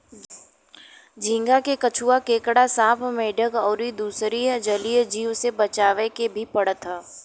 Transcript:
झींगा के कछुआ, केकड़ा, सांप, मेंढक अउरी दुसर जलीय जीव से बचावे के भी पड़त हवे